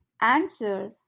answer